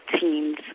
teens